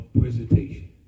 presentation